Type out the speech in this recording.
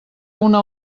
una